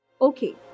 Okay